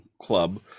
club